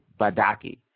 Badaki